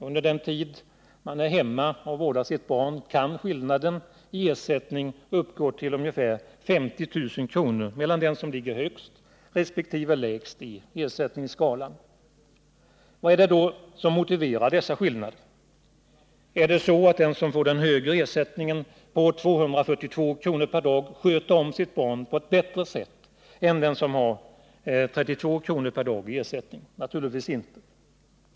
Under den tid man är hemma och vårdar sitt barn kan skillnaden i ersättning uppgå till ungefär 50 000 kr. mellan den som ligger högst resp. lägst på ersättningsskalan. Vad är det då som motiverar dessa skillnader? Är det så att den som får den högre ersättningen på 242 kr. per dag sköter om sitt barn på ett bättre sätt än den som har 32 kr. per dag i ersättning? Naturligtvis inte.